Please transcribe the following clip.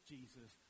Jesus